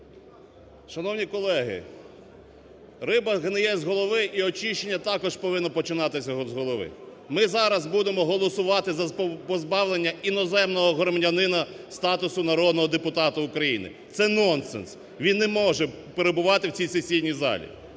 Шановні колеги, риба гниє з голови, і очищення також повинно починатися з голови. Ми зараз будемо голосувати за позбавлення іноземного громадянина статусу народного депутата України. Це нонсенс! Він не може перебувати в цій сесійній залі.